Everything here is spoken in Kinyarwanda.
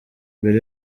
mbere